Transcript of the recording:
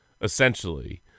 essentially